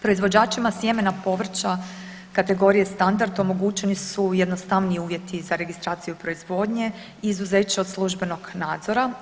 Proizvođačima sjemena povrća kategorije standard, omogućeni su jednostavniji uvjeti za registraciju proizvodnje i izuzeće od službenog nadzora.